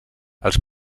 els